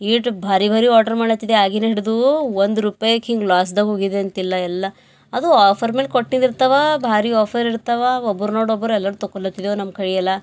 ಈಟ್ ಭಾರಿ ಭಾರಿ ಆರ್ಡ್ರ್ ಮಾಡತ್ತಿದೆ ಆಗಿನ ಹಿಡ್ದೂ ಒಂದು ರೂಪಾಯಕ್ ಹಿಂಗ ಲಾಸ್ದಾಗ್ ಹೋಗಿದೆ ಅಂತಿಲ್ಲ ಎಲ್ಲಾ ಅದು ಆಫರ್ ಮೇಲೆ ಕೊಟ್ಟಿದಿರ್ತವಾ ಭಾರಿ ಆಫರ್ ಇರ್ತವ ಒಬ್ರು ನೋಡೊಬ್ರು ಎಲ್ಲರೂ ತೊಗೋಲತಿದೆವು ನಮ್ಮ ಕೈಯೆಲಾ